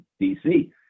DC